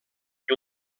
que